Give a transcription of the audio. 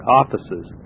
offices